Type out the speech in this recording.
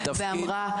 ואמרה.